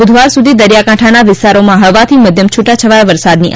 બુધવાર સુધી દરિયાકાંઠાના વિસ્તારોમાં હળવાથી મધ્યમ છુટાછવાયાં વરસાદની આગાહી